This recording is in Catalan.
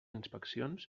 inspeccions